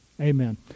Amen